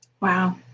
Wow